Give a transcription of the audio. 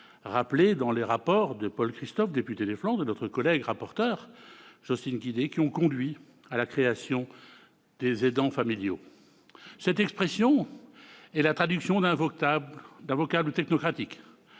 rappelées dans les rapports de Paul Christophe, député des Flandres, et de notre collègue rapporteur, Jocelyne Guidez -qui ont conduit à la création du statut d'aidant familial. Cette expression est la transposition d'un vocable technocratique.